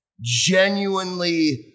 genuinely